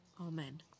amen